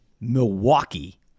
Milwaukee